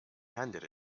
handed